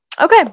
Okay